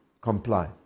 comply